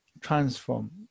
transform